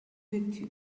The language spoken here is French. vêtu